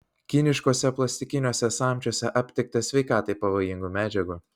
kiniškuose plastikiniuose samčiuose aptikta sveikatai pavojingų medžiagų